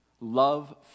Love